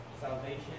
salvation